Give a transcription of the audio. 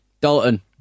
Dalton